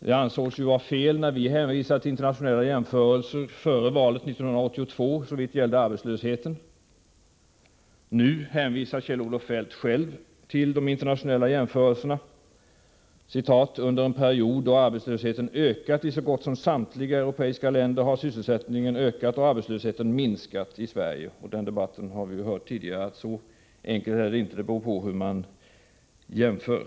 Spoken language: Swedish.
Det ansågs ju vara fel när vi hänvisade till internationella jämförelser före valet 1982, såvitt det gällde arbetslösheten. Nu hänvisar Kjell-Olof Feldt själv till internationella jämförelser. ”Under en period då arbetslösheten ökat i så gott som samtliga europeiska länder har sysselsättningen ökat och arbetslösheten minskat i Sverige.” Den debatten har förts tidigare. Det är inte så enkelt — det beror på hur man jämför.